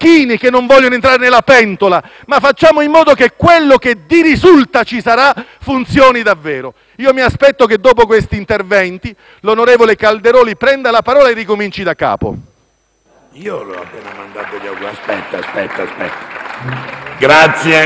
funzioni davvero. Mi aspetto che, dopo questi interventi, il senatore Calderoli prenda la parola e ricominci da capo.